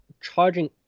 charging